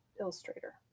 Illustrator